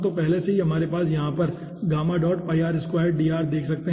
तो पहले से ही हमारे यहाँ पर आप dr देख सकते हैं